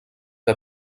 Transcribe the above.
que